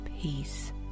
peace